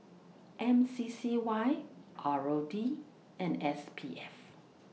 M C C Y R O D and S P F